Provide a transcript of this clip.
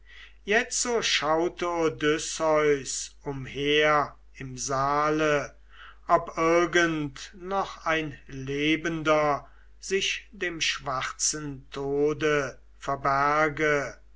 jetzo schaute odysseus umher im saale ob irgend noch ein lebender sich dem schwarzen tode verberge